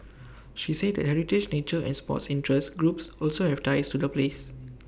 she said that heritage nature and sports interest groups also have ties to the place